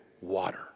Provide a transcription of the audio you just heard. water